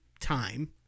time